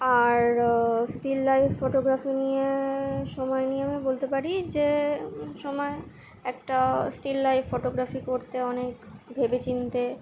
আর still life photography নিয়ে সময় নিয়ে আমি বলতে পারি যে সময় একটা স্টিল লাইফ ফোটোগ্রাফি করতে অনেক ভেবেচিন্তে